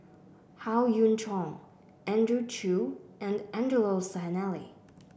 Howe Yoon Chong Andrew Chew and Angelo Sanelli